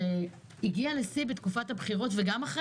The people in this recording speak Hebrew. שהגיע לשיא בתקופת הבחירות וגם אחרי,